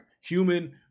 human